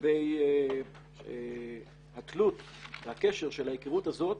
לגבי התלות והקשר של ההיכרות הזאת